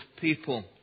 people